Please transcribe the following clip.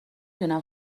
دونم